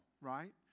right